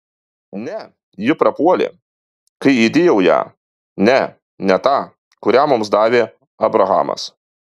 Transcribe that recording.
ne ji prapuolė kai įdėjau ją ne ne tą kurią mums davė abrahamas